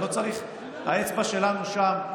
האצבע שלנו שם.